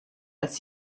als